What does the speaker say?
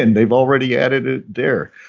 and they've already edited there.